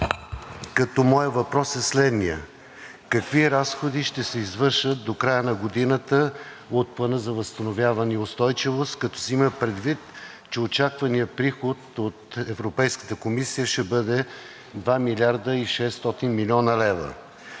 като моят въпрос е следният: какви разходи ще извършат до края на годината от Плана за възстановяване и устойчивост, като се има предвид, че очакваният приход от Европейската комисия ще бъде 2 млрд. и 600 млн. лв.?